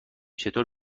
چطور